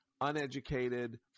uneducated